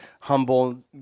humble